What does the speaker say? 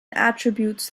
attributes